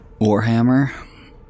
Warhammer